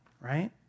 right